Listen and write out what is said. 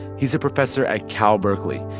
he's a professor at cal berkeley,